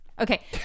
Okay